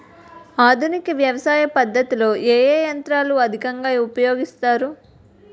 ఆధునిక వ్యవసయ పద్ధతిలో ఏ ఏ యంత్రాలు అధికంగా ఉపయోగిస్తారు?